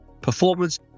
performance